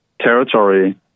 territory